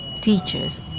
teachers